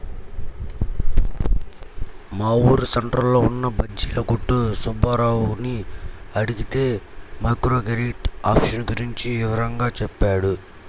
మా ఊరు సెంటర్లో ఉన్న బజ్జీల కొట్టు సుబ్బారావుని అడిగితే మైక్రో క్రెడిట్ ఆప్షన్ గురించి వివరంగా చెప్పాడు